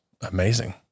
amazing